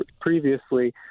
previously